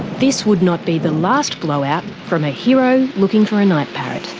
this would not be the last blow-out from a hero looking for a night parrot.